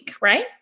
right